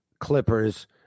Clippers